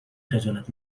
خجالت